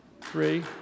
three